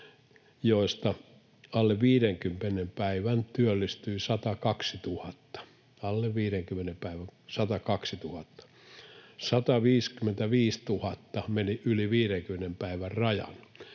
joista alle 50 päivän työllistyi 102 000 — alle 50 päivän 102 000. Yli 50 päivän rajan